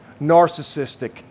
narcissistic